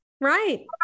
right